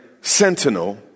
sentinel